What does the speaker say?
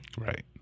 Right